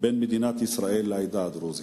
בין מדינת ישראל לעדה הדרוזית.